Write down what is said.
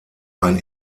ein